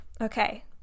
Okay